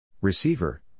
Receiver